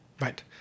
Right